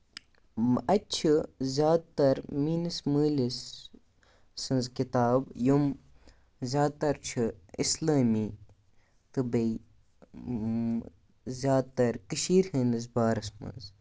اَتہِ چھِ زیادٕ تَر میٛٲنِس مٲلِس سٕنٛز کِتاب یِم زیادٕ تَر چھِ اِسلٲمی تہٕ بیٚیہِ زیادٕ تَر کٔشیٖر ہٕنٛدِس بارَس منٛز